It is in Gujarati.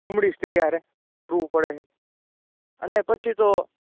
નમણી સ્ત્રી સારે ફરવું પડે છે અને પછી તો